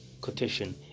quotation